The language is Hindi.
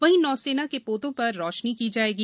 वहीं नौसेना के पोतों पर रोशनी की जायेगी